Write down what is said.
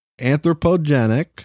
anthropogenic